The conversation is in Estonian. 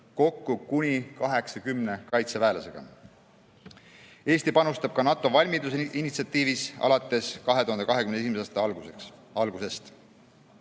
kokku kuni 80 kaitseväelasega. Eesti panustab ka NATO valmidusinitsiatiivi alates 2021. aasta algusest.